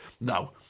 no